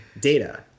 data